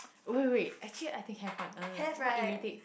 wait wait wait actually I think have one uh what irritates